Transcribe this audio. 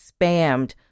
spammed